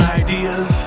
ideas